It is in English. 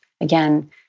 again